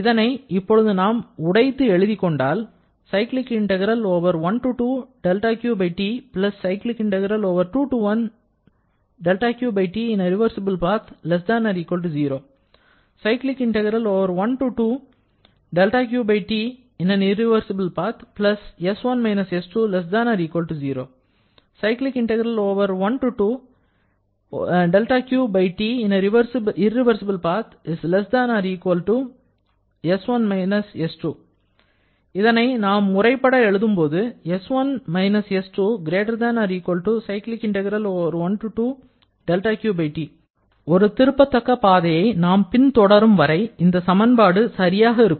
இதனை இப்பொழுது நாம் உடைத்து எழுதிக் கொண்டால் இதனை நாம் முறைப்பட எழுதும்போது ஒரு திருப்பத்தக்க பாதையை நாம் பின் தொடரும் வரை இந்த சமன்பாடு சரியாக இருக்கும்